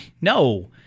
No